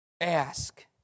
Ask